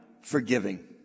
forgiving